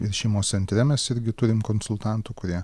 ir šeimos centre mes irgi turim konsultantų kurie